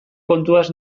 kontuaz